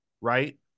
right